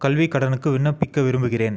கல்விக் கடனுக்கு விண்ணப்பிக்க விரும்புகிறேன்